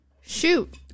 shoot